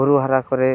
ᱵᱩᱨᱩ ᱦᱟᱨᱟ ᱠᱚᱨᱮ